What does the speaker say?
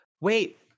wait